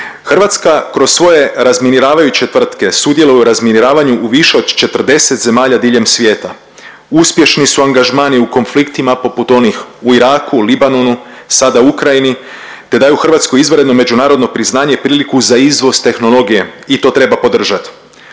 Hrvatska kroz svoje razminiravajuće tvrtke sudjeluje u razminiravanju u više od 40 zemalja diljem svijeta. Uspješni su angažmani u konfliktima poput onih u Iraku, Libanonu, sada Ukrajini te daju Hrvatskoj izvanredno međunarodno priznanje i priliku za izvoz tehnologije i to treba podržati.